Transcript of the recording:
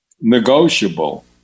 negotiable